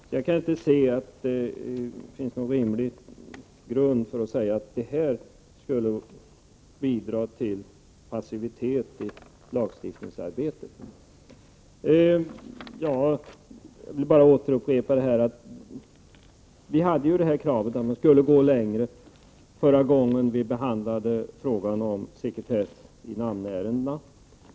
Jag kan således inte finna någon rimlig grund för påståendet att den nämnda översynen skulle bidra till passivitet i lagstiftningsarbetet. Förra gången vi behandlade frågan om sekretess i namnärenden ville vi att man skulle gå längre än man gjorde.